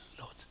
Lord